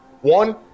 one